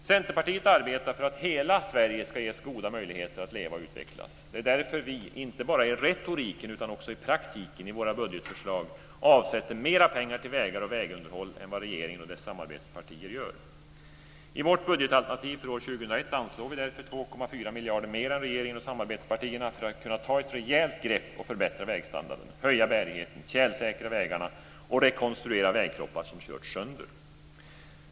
Centerpartiet arbetar för att hela Sverige ska ges goda möjligheter att leva och utvecklas. Det är därför vi, inte bara i retoriken utan också i praktiken, i våra budgetförslag avsätter mer pengar till vägar och vägunderhåll än vad regeringen och dess samarbetspartier gör. I vårt budgetalternativ för år 2001 anslår vi således 2,4 miljarder mer än regeringen och samarbetspartierna för att kunna ta ett rejält grepp och förbättra vägstandarden, höja bärigheten, tjälsäkra vägarna och rekonstruera vägkroppar som körts sönder.